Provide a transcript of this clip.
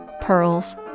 pearls